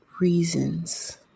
reasons